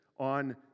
on